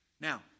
Now